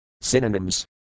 Synonyms